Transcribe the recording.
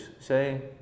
say